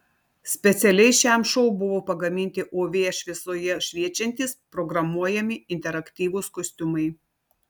specialiai šiam šou buvo pagaminti uv šviesoje šviečiantys programuojami interaktyvūs kostiumai